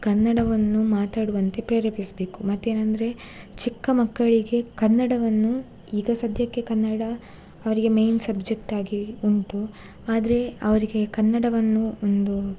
ಕನ್ನಡವನ್ನು ಮಾತಾಡುವಂತೆ ಪ್ರೇರೇಪಿಸಬೇಕು ಮತ್ತೇನಂದರೆ ಚಿಕ್ಕ ಮಕ್ಕಳಿಗೆ ಕನ್ನಡವನ್ನು ಈಗ ಸಧ್ಯಕ್ಕೆ ಕನ್ನಡ ಅವರಿಗೆ ಮೇಯ್ನ್ ಸಬ್ಜೆಕ್ಟ್ ಆಗಿ ಉಂಟು ಆದರೆ ಅವರಿಗೆ ಕನ್ನಡವನ್ನು ಒಂದು